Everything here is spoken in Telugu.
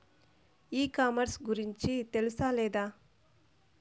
ఈ కామర్స్ గురించి తెలుసా లేదా?